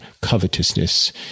covetousness